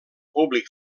públic